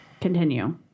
Continue